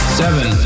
seven